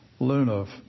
Lunov